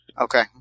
Okay